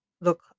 look